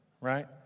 right